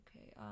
okay